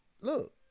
look